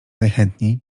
najchętniej